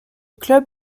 club